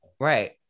Right